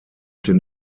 den